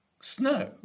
Snow